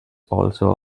also